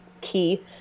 key